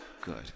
Good